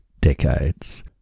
decades